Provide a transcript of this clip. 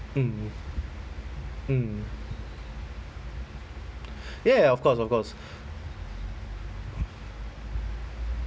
mm mm ya ya of course of course